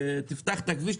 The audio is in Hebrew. לפתוח כביש,